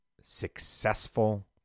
successful